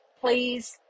please